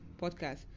podcast